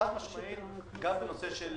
חד משמעי גם הנושא של